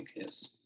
yes